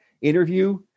interview